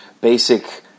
basic